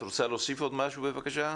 את רוצה להוסיף עוד משהו בבקשה?